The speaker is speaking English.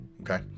Okay